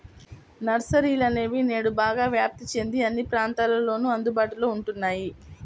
నర్సరీలనేవి నేడు బాగా వ్యాప్తి చెంది అన్ని ప్రాంతాలలోను అందుబాటులో ఉంటున్నాయి